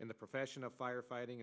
and the profession of firefighting